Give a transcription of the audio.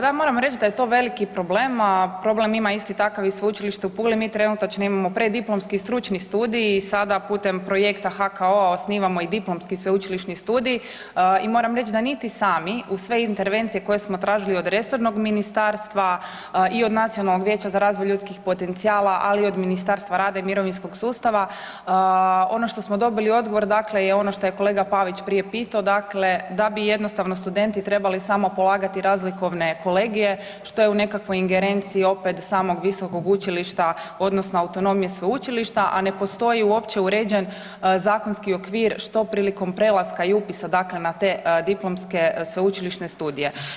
Da moram reći da je to veliki problem, a problem ima isti takav i Sveučilište u Puli, mi trenutačno imamo preddiplomski stručni studij i sada putem projekta HKO-a osnivamo i diplomski sveučilišni studij i moram reći da niti sami uz sve intervencije koje smo tražili od resornog ministarstva i od Nacionalnog vijeća za razvoj ljudskih potencijala ali i od Ministarstva rada i mirovinskog sustava ono što smo dobili odgovor dakle je ono što je kolega Pavić prije pitao, dakle da bi jednostavno studenti trebali samo polagati razlikovne kolegije što je u nekakvoj ingerenciji opet samog visokog učilišta odnosno autonomije sveučilišta, a ne postoji uopće uređen zakonski okvir što prilikom prelaska i upisa dakle na te diplomske sveučilišne studije.